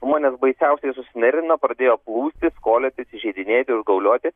žmonės baisiausiai susinervino pradėjo plūstis koliotis įžeidinėti užgaulioti